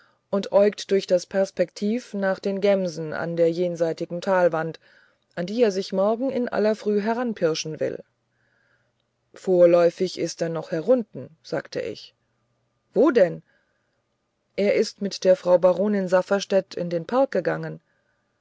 und äugt durch das perspektiv nach den gemsen an der jenseitigen talwand an die er sich morgen in aller früh heranpirschen will vorläufig ist er noch herunten sagte ich wo denn er ist mit der frau baronin safferstätt in den park gegangen